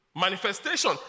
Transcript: manifestation